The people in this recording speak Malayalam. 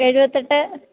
എഴുപത്തിയെട്ട്